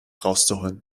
rauszuholen